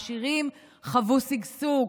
העשירים חוו שגשוג,